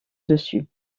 dessus